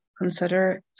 consider